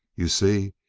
you see,